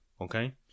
okay